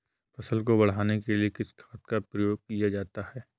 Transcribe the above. फसल को बढ़ाने के लिए किस खाद का प्रयोग किया जाता है?